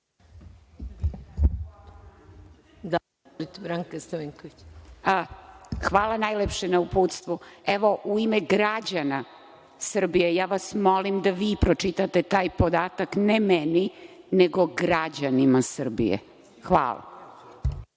Hvala najlepše na uputstvu. Evo u ime građana Srbije ja vas molim da vi pročitate taj podatak ne meni nego građanima Srbije. Hvala.